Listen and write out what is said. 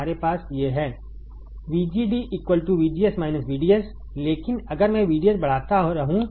तुम्हारे पास ये हैं VGD VGS VDS लेकिन अगर मैं VDS बढ़ाता रहूं